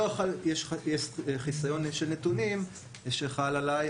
יש חיסיון נתונים שחל עליי,